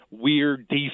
weird